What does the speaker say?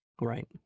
right